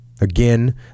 again